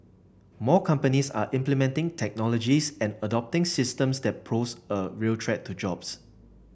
more companies are implementing technologies and adopting systems that pose a real threat to jobs